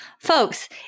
folks